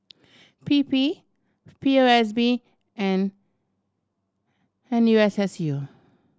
P P P O S B and N U S S U